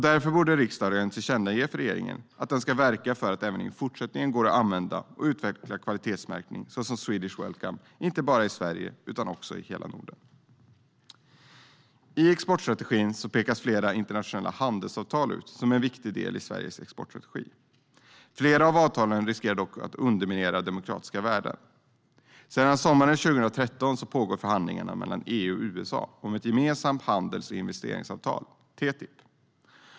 Därför borde riksdagen tillkännage för regeringen att den ska verka för att det även i fortsättningen ska gå att använda och utveckla kvalitetsmärkning såsom Swedish Welcome inte bara i Sverige utan också i hela Norden. Flera internationella handelsavtal pekas ut som en viktig del i Sveriges exportstrategi. Flera av avtalen riskerar dock att underminera demokratiska värden. Sedan sommaren 2013 pågår förhandlingar mellan EU och USA om ett gemensamt handels och investeringsavtal: TTIP.